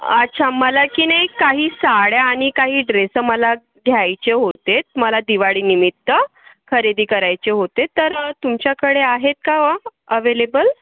अच्छा मला की नाही काही साड्या आणि काही ड्रेस मला घ्यायचे होते मला दिवाळीनिमित्त खरेदी करायचे होते तर तुमच्याकडे आहेत का अवेलेबल